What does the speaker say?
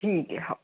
ठीक है हाँ